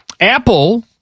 Apple